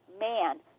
man